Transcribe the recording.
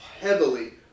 heavily